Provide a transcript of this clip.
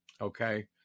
okay